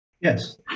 Yes